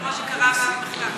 כמו שקרה במחקר הקודם.